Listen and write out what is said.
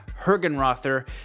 Hergenrother